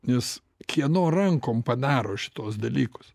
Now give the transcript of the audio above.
nes kieno rankom padaro šituos dalykus